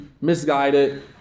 misguided